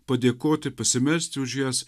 padėkoti pasimelsti už jas